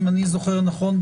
אם אני זוכר נכון,